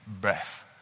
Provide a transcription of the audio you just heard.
breath